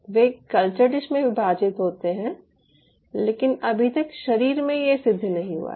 वे culture dish में विभाजित होते हैं लेकिन अभी तक शरीर में ये सिद्ध नहीं हुआ है